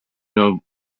know